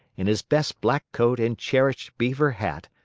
in his best black coat and cherished beaver hat,